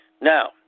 Now